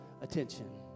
attention